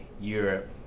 Europe